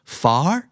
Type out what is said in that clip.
far